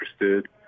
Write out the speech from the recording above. interested